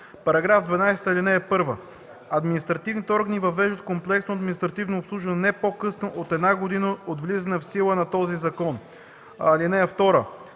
става § 12: „§ 12. (1) Административните органи въвеждат комплексно административно обслужване не по-късно от 1 година от влизане в сила на този закон. (2)